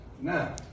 Now